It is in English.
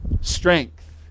Strength